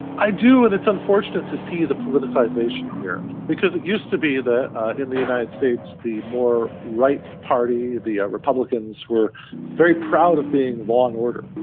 i do, and it's unfortunate to see the politicisation here, because it used to be that in the united states the more right party, the republicans, were very proud of being law and order,